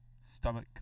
stomach